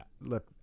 look